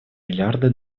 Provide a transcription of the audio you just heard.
миллиарды